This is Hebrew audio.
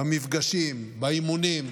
במפגשים, באימונים,